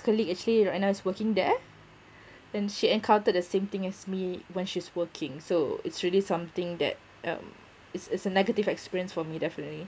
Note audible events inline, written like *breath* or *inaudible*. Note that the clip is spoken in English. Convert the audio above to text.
colleague actually right now is working there *breath* and she encountered the same thing as me when she's working so it's really something that um it's it's a negative experience for me definitely